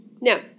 Now